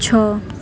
ଛଅ